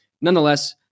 Nonetheless